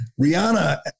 Rihanna